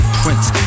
prince